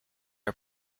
are